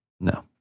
No